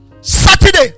Saturday